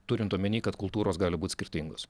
turint omeny kad kultūros gali būt skirtingos